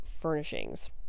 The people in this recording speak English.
furnishings